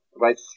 right